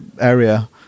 area